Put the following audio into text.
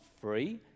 free